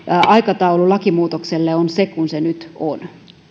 aikataulu lakimuutokselle on se mikä se nyt on